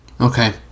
okay